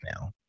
now